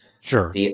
Sure